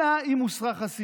אלא אם כן הוסרה חסינותו